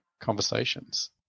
conversations